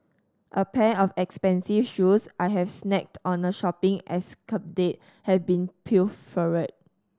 a pair of expensive shoes I had snagged on a shopping escapade had been pilfered